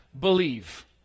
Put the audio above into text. believe